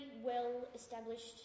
well-established